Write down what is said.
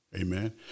amen